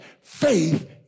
faith